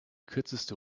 kürzeste